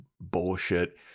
bullshit